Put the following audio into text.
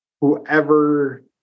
whoever